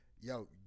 yo